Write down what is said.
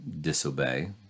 disobey